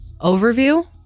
overview